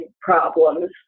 problems